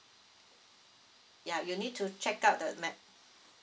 yup you need to check out the map